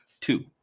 two